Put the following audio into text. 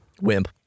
Wimp